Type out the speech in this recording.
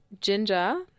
ginger